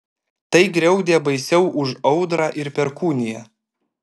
tai griaudė baisiau už audrą ir perkūniją